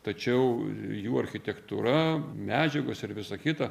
tačiau jų architektūra medžiagos ir visa kita